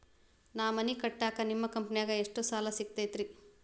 ನಾ ಮನಿ ಕಟ್ಟಾಕ ನಿಮ್ಮ ಕಂಪನಿದಾಗ ಎಷ್ಟ ಸಾಲ ಸಿಗತೈತ್ರಿ?